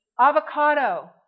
avocado